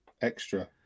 Extra